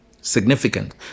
significant